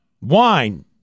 wine